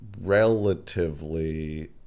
relatively